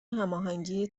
هماهنگی